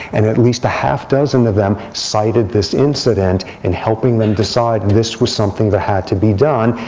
and at least a half dozen of them cited this incident in helping them decide and this was something that had to be done.